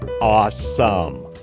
awesome